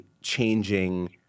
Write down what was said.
changing